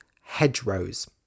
hedgerows